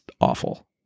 awful